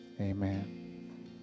amen